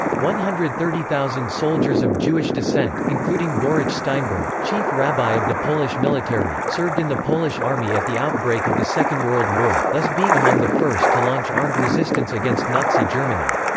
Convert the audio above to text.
one hundred thirty thousand soldiers of jewish descent, including boruch steinberg, chief rabbi of the polish military, served in the polish army at the outbreak of the second world war, thus being among the first to launch armed resistance against nazi germany.